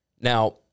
Now